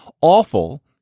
awful